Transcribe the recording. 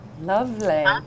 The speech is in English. Lovely